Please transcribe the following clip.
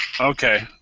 Okay